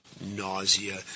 nausea